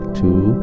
two